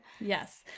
Yes